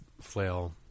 flail